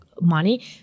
money